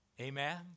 amen